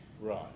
Right